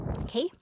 Okay